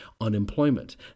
Unemployment